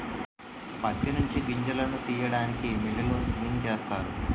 ప్రత్తి నుంచి గింజలను తీయడానికి మిల్లులలో స్పిన్నింగ్ చేస్తారు